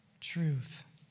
truth